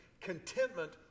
contentment